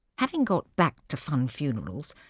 having gotten back to funn funerals,